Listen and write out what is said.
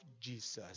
Jesus